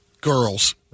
girls